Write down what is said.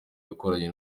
yakoranye